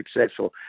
successful